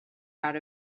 out